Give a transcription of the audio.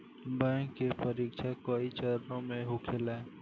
bank के परीक्षा कई चरणों में होखेला